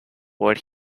where